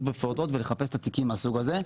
בפעוטות" ולחפש את התיקים מהסוג הזה.